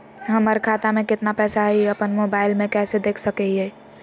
हमर खाता में केतना पैसा हई, ई अपन मोबाईल में कैसे देख सके हियई?